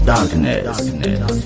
Darkness